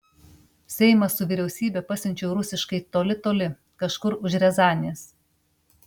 seimą su vyriausybe pasiunčiau rusiškai toli toli kažkur už riazanės